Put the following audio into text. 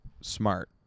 smart